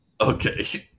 Okay